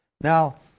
Now